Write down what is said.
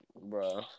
bro